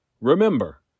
Remember